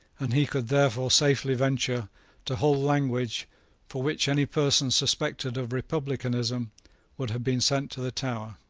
and he could therefore safely venture to hold language for which any person suspected of republicanism would have been sent to the tower.